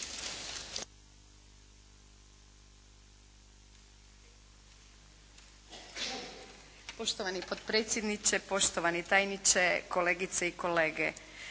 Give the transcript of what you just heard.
Poštovani potpredsjedniče, poštovani tajniče, kolegice i kolege.